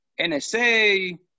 NSA